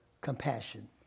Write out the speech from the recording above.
compassion